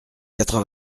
quatre